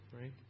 right